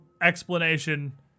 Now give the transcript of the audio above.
explanation